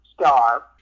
star